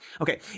okay